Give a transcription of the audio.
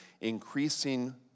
increasing